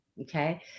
okay